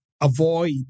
avoid